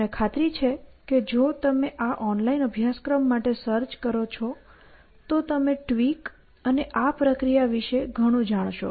મને ખાતરી છે કે જો તમે આ ઓનલાઇન અભ્યાસક્રમ માટે સર્ચ કરો છો તો તમે TWEAK અને આ પ્રક્રિયા વિશે ઘણું જાણશો